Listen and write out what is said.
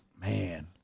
man